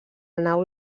nau